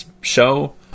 show